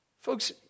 Folks